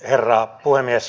herra puhemies